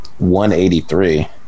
183